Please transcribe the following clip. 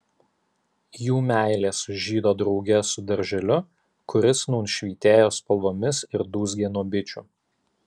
jų meilė sužydo drauge su darželiu kuris nūn švytėjo spalvomis ir dūzgė nuo bičių